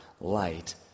light